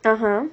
(uh huh)